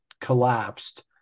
collapsed